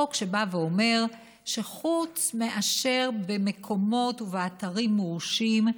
חוק שבא ואומר שחוץ מאשר במקומות ואתרים מורשים,